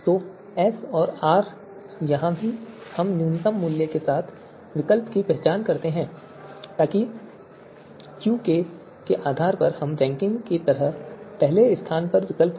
तो एस और आर उपाय वहां भी हम न्यूनतम मूल्य के साथ विकल्प की पहचान करते हैं ताकि क्यू के आधार पर रैंकिंग की तरह पहले स्थान पर विकल्प हो